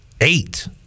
eight